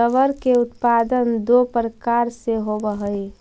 rubber के उत्पादन दो प्रकार से होवऽ हई